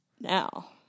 Now